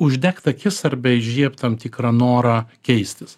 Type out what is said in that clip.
uždegt akis arba įžiebt tam tikrą norą keistis